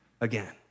again